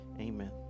amen